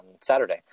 Saturday